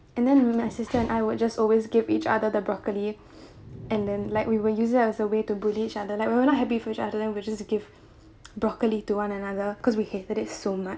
and then my and my sister I would just always give each other the broccoli and then like we will use it as a way to bully each other like we were not happy for each other then we just give broccoli to one another because we hated it so much